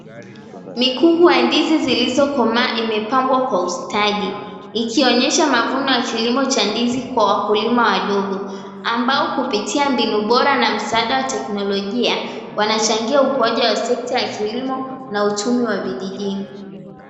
Mikungu ya ndizi zilizokomaa imepangwa kwa ustadi ikionyesha mavuno ya kilimo cha ndizi kwa wakulima wadogo ambao kupitia mbinu bora na msaada wa kiteknolojia wanachangia ukuaji wa sekta ya kilimo na uchumi wa vijijini.